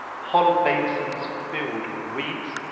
hollow basins filled with reeds,